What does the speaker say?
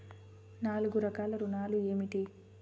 నాలుగు రకాల ఋణాలు ఏమిటీ?